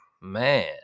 Man